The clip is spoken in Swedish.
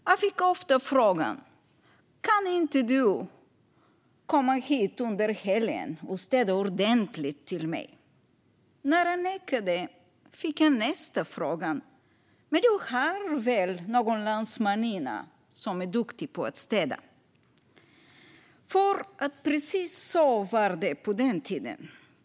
Jag fick ofta frågan: Kan du inte komma till mig i helgen och städa ordentligt? När jag nekade fick jag nästa fråga: Men du har väl någon landsmaninna som är duktig på att städa? Precis så var det på den tiden.